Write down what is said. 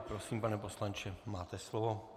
Prosím, pane poslanče, máte slovo.